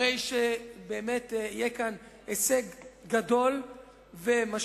הרי באמת יהיה כאן הישג גדול ומשמעותי,